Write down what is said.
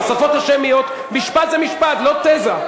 בשפות השמיות, משפט זה משפט, לא תזה.